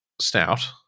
stout